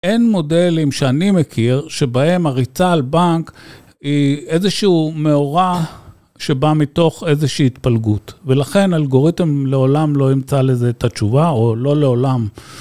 אין מודלים שאני מכיר שבהם הריצה על בנק היא איזשהו מאורע שבא מתוך איזושהי התפלגות, ולכן האלגוריתם לעולם לא ימצא לזה את התשובה, או לא לעולם